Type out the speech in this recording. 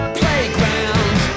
playground